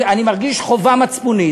אני מרגיש חובה מצפונית,